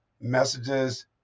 messages